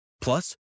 Plus